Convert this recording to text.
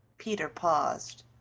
peter paused.